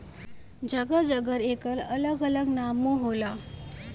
जगह जगह एकर अलग अलग नामो होला